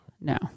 No